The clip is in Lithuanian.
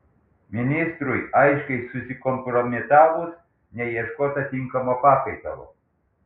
ministrui aiškiai susikompromitavus neieškota tinkamo pakaitalo